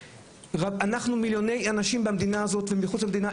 אנחנו מיליוני אנשים במדינה הזאת ומחוץ למדינה,